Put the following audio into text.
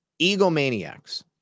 egomaniacs